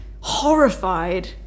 horrified